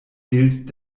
gilt